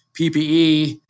PPE